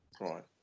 right